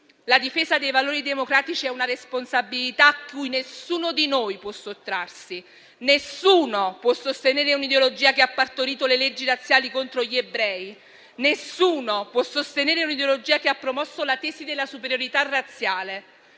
La difesa dei valori democratici è una responsabilità cui nessuno di noi può sottrarsi; nessuno può sostenere un'ideologia che ha partorito le leggi razziali contro gli ebrei; nessuno può sostenere un'ideologia che ha promosso la tesi della superiorità razziale.